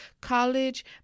college